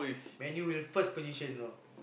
Man U will first position know